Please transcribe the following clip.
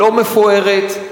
לא מפוארת,